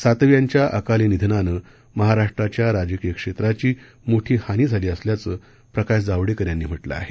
सातव यांच्या अकाली निधनानं महाराष्ट्राच्या राजकीय क्षेत्राची मोठी हानी झाली असल्याचं प्रकाश जावडेकर यांनी म्हटलं आहे